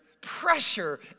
Pressure